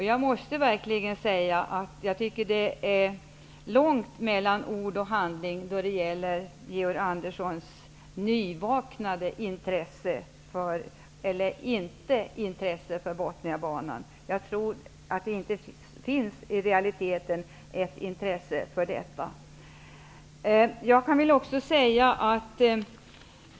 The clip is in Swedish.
Jag måste verkligen säga att det är långt mellan ord och handling när det gäller Georg Anderssons nyvaknade intresse för Bothniabanan. I realiteten tror jag inte att det finns något intresse för den.